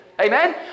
amen